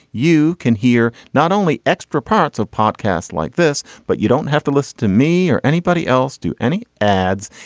you can hear not only extra parts of podcasts like this but you don't have to listen to me or anybody else do any ads.